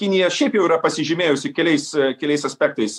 kinija šiaip jau yra pasižymėjusi keliais keliais aspektais